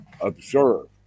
observe